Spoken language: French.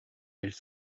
elles